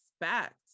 expect